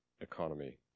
economy